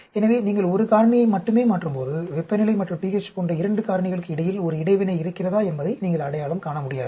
எனவே நீங்கள் ஒரு காரணியை மட்டுமே மாற்றும்போது வெப்பநிலை மற்றும் pH போன்ற இரண்டு காரணிகளுக்கு இடையில் ஒரு இடைவினை இருக்கிறதா என்பதை நீங்கள் அடையாளம் காண முடியாது